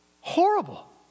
Horrible